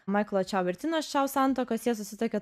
maiklo čiau ir tinos čiau santuokos jie susituokė